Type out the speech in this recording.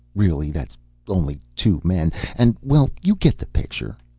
really, that's only two men and well, you get the picture.